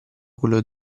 quello